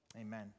amen